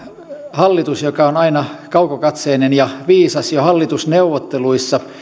hallitus joka on aina kaukokatseinen ja viisas jo hallitusneuvotteluissa